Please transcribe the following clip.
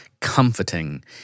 comforting